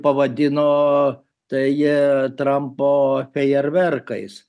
pavadino tai trampo fejerverkais